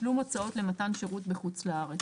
"תשלום הוצאות למתן שירות בחוץ לארץ".